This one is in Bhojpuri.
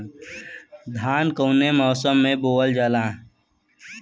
धान कौने मौसम मे बोआला?